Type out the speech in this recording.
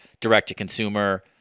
direct-to-consumer